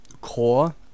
core